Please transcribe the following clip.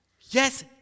Yes